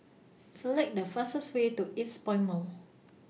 Select The fastest Way to Eastpoint Mall